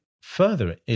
further